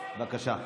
בבקשה.